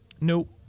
no